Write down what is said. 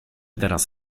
teraz